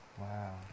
Wow